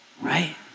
Right